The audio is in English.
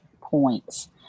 points